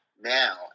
Now